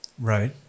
Right